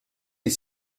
est